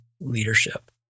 leadership